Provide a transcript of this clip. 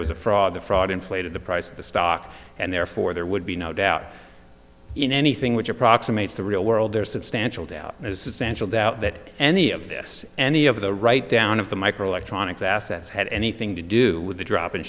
was a fraud the fraud inflated the price of the stock and therefore there would be no doubt in anything which approximates the real world there is substantial doubt as essential doubt that any of this any of the write down of the microelectronics assets had anything to do with the drop in